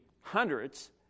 hundreds